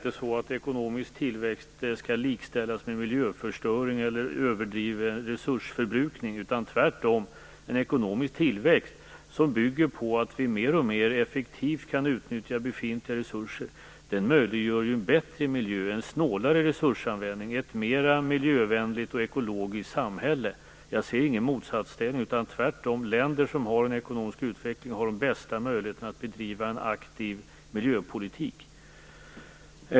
Ekonomisk tillväxt skall inte likställas med miljöförstöring eller överdriven resursförbrukning utan tvärtom: En ekonomisk tillväxt som bygger på att vi mer och mer effektivt kan utnyttja befintliga resurser möjliggör ju en bättre miljö, en snålare resursanvändning och ett mera miljövänligt och ekologiskt samhälle. Jag ser ingen motsatsställning här. Länder som har en ekonomisk utveckling har tvärtom de bästa möjligheterna att bedriva en aktiv miljöpolitik.